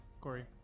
Corey